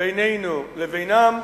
בינינו לבינם